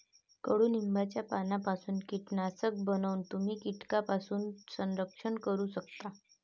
कडुलिंबाच्या पानांपासून कीटकनाशक बनवून तुम्ही कीटकांपासून संरक्षण करू शकता